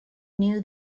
knew